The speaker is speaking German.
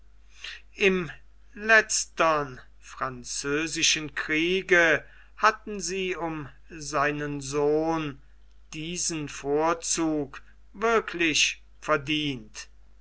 im letztern französischen kriege hatten sie um seinen sohn diesen vorzug wirklich verdient